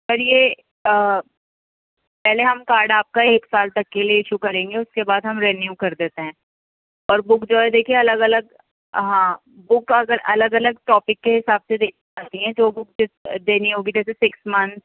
سر یہ پہلے ہم کارڈ آپ کا ایک سال تک کے لئے ایشو کریں گے اس کے بعد ہم رینیو کر دیتے ہیں اور بک جو ہے دیکھئے الگ الگ ہاں بک اگر الگ الگ ٹاپک کے حساب سے دیکھی جاتی ہیں تو بک دینی ہوگی تو جیسے سکس منتھ